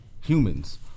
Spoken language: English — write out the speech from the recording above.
humans